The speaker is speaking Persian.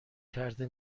کرده